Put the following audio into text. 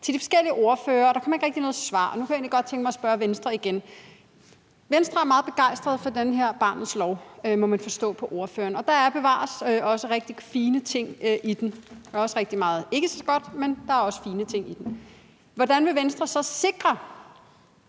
til de forskellige ordførere, og der kom ikke rigtig nogen svar, og nu kunne jeg egentlig godt tænke mig at spørge Venstres ordfører igen. Venstre er meget begejstret for den her barnets lov, må man forstå på ordføreren, og der er, bevares, også rigtig fine ting i den. Der er også rigtig meget, der ikke er så godt, men der er også fine ting i den. Vi har jo set masser